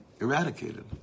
eradicated